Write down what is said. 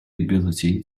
ability